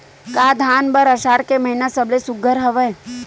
का धान बर आषाढ़ के महिना सबले सुघ्घर हवय?